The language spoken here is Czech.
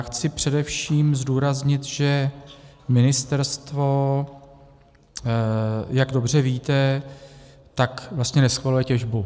Chci především zdůraznit, že ministerstvo, jak dobře víte, vlastně neschvaluje těžbu.